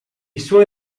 suoi